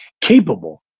capable